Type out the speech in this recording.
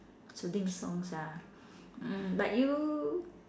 soothing songs ah mm but you